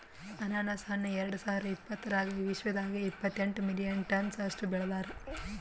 ಅನಾನಸ್ ಹಣ್ಣ ಎರಡು ಸಾವಿರ ಇಪ್ಪತ್ತರಾಗ ವಿಶ್ವದಾಗೆ ಇಪ್ಪತ್ತೆಂಟು ಮಿಲಿಯನ್ ಟನ್ಸ್ ಅಷ್ಟು ಬೆಳದಾರ್